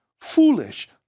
foolish